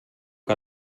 que